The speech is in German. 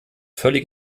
völlig